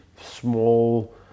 small